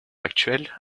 actuelle